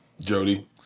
Jody